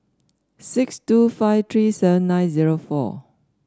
six two five three seven nine zero four